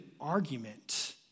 argument